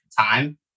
time